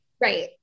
right